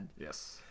Yes